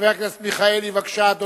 חבר הכנסת מיכאלי, בבקשה,